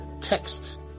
text